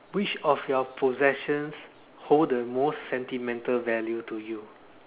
which of your possessions hold the most sentimental value to you